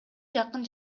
жакын